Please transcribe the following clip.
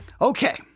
Okay